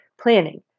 planning